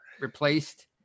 replaced